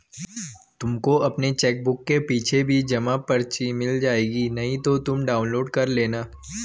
तुमको अपनी चेकबुक के पीछे भी जमा पर्ची मिल जाएगी नहीं तो तुम डाउनलोड कर लेना